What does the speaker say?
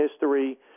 history